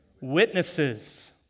Witnesses